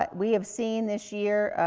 but we have seen this year,